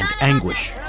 anguish